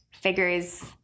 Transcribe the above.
figures